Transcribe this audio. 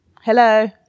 hello